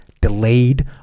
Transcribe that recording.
delayed